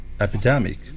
epidemic